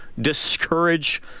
discourage